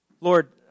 Lord